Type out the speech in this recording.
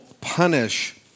punish